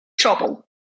trouble